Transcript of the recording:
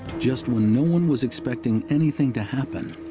just when no one was expecting anything to happen.